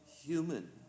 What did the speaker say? human